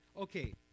Okay